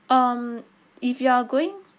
um if you are going